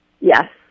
Yes